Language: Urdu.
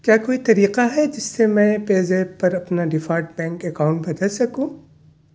کیا کوئی طریقہ ہے جس سے میں پے زیپ پر اپنا ڈیفالٹ بینک اکاؤنٹ بدل سکوں